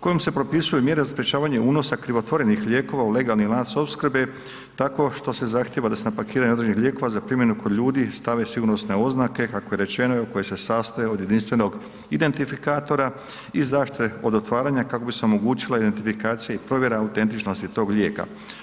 kojom se propisuju mjere za sprječavanje unosa krivotvoreni lijekova u legalni lanac opskrbe tako što se zahtjeva da se na pakiranju određenih lijekova za primjenu kod ljudi stave sigurnosne oznake kako je rečeno koje se sastoje od jedinstvenog identifikatora i zaštite od otvaranja kako bi se omogućila identifikacija i provjera autentičnosti tog lijeka.